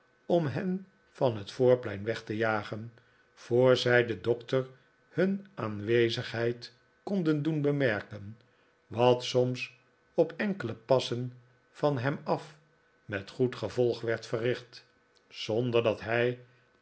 om hen van het voorplein weg te jagen voor zij den doctor hun aanwezigheid konden doen bemerken wat'soms op enkele passen van hem af met goed gevolg werd verricht zonder dat hij